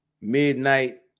midnight